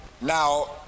Now